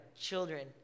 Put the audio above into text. children